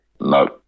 No